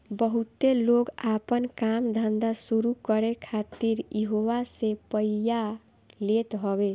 बहुते लोग आपन काम धंधा शुरू करे खातिर इहवा से पइया लेत हवे